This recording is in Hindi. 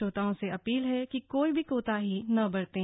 श्रोताओं से अपील है कि कोई भी कोताही न बरतें